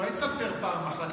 אולי תספר פעם במה הוא הורשע?